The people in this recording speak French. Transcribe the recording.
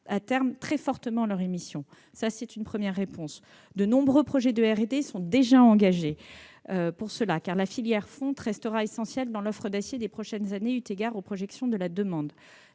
à terme très fortement leur émission. C'est une première réponse. De nombreux projets de R&D sont déjà engagés pour cela, car la filière fonte restera essentielle dans l'offre d'acier des prochaines années eu égard aux projections de la demande.